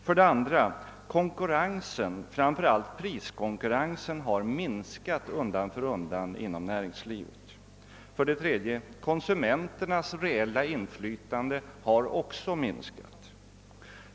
För det andra: Konkurrensen, framför allt priskonkurrensen, har minskat undan för undan inom näringslivet. För det tredje: Konsumenternas reella inflytande har också minskat.